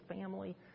family